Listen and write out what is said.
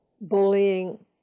bullying